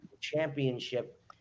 championship